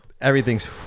Everything's